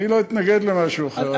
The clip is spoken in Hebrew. אני לא אתנגד למשהו אחר.